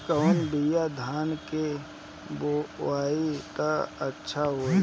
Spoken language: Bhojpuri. कौन बिया धान के बोआई त अच्छा होई?